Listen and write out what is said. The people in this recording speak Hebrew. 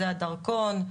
זה הדרכון,